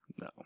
No